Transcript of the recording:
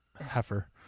heifer